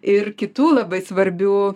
ir kitų labai svarbių